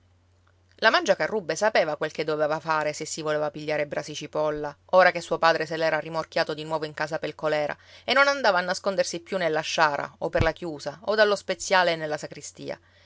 altri la mangiacarrubbe sapeva quel che doveva fare se si voleva pigliare brasi cipolla ora che suo padre se l'era rimorchiato di nuovo in casa pel colèra e non andava a nascondersi più nella sciara o per la chiusa o dallo speziale e nella sacristia